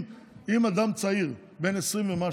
אם אדם צעיר, בן 20 ומשהו,